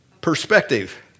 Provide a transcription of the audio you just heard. perspective